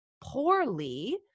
poorly